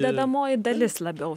dedamoji dalis labiau